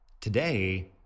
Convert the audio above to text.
Today